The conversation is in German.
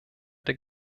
der